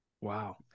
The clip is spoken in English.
Wow